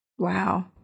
Wow